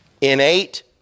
Innate